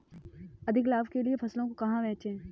अधिक लाभ के लिए फसलों को कहाँ बेचें?